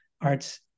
arts